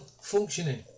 functioning